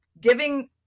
giving